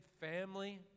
family